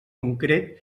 concret